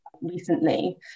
recently